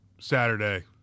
Saturday